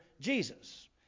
Jesus